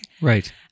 Right